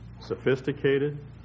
sophisticated